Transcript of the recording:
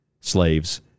slaves